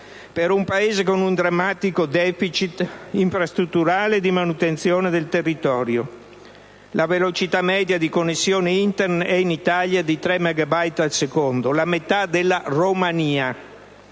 in un Paese con un drammatico *deficit* infrastrutturale e di manutenzione del territorio. La velocità media di connessione Internet è in Italia di 3 megabit al secondo, la metà della Romania.